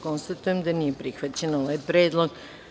Konstatujem da nije prihvaćen ovaj predlog.